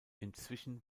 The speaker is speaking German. inzwischen